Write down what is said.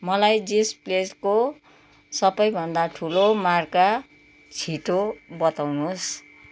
मलाई जेस् प्लेसको सप्पैभन्दा ठूलो मार्का छिटो बताउनुहोस्